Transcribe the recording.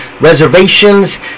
reservations